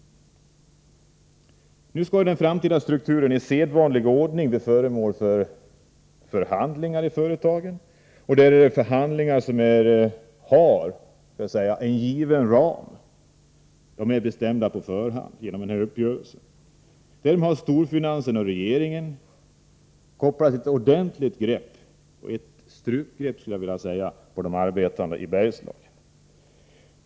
Nu skall den framtida strukturen i sedvanlig ordning bli föremål för förhandlingar i företagen, och det är förhandlingar som har en given ram. De är bestämda på förhand genom den gjorda uppgörelsen. Därmed har storfinansen och regeringen kopplat ett ordentligt grepp — ett strupgrepp — på de arbetande i Bergslagen.